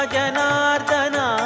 Janardana